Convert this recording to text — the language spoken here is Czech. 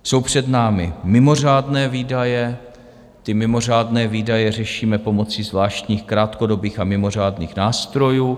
Jsou před námi mimořádné výdaje ty mimořádné výdaje řešíme pomocí zvláštních krátkodobých a mimořádných nástrojů.